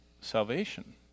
Salvation